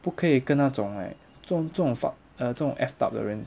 不可以跟那种 like 这种这种 fuck uh 这种 effed up 的人